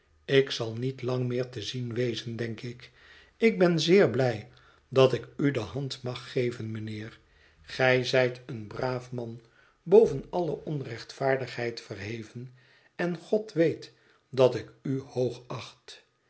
ik zal niet lang meer te zien wezen denk ik ik ben zeer blij dat ik u de hand mag geven mijnheer gij zijt een braaf man boven alle onrechtvaardigheid verheven en god weet dat ik